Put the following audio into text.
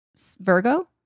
Virgo